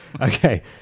Okay